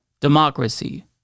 democracy